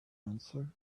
answer